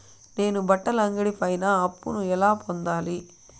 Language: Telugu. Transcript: నేను బట్టల అంగడి పైన అప్పును ఎలా పొందాలి?